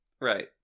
Right